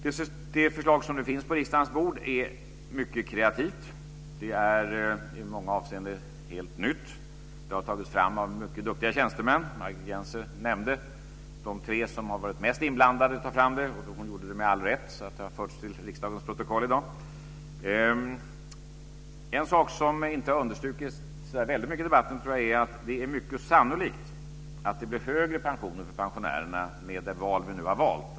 Det förslag som nu finns på riksdagens bord är mycket kreativt. Det är i många avseenden helt nytt. Det har tagits fram av mycket duktiga tjänstemän. Margit Gennser nämnde de tre som har varit mest inblandade när det gäller att ta fram det - hon gjorde det med all rätt - så att det har förts till riksdagens protokoll i dag. En sak som inte har understrukits så väldigt mycket i debatten är att det är mycket sannolikt att det blir högre pensioner för pensionärerna med de val vi nu har gjort.